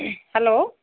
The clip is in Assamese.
হেল্ল'